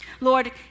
Lord